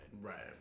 Right